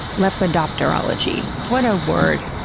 lepidopterology. what a word.